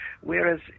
Whereas